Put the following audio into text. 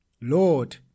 Lord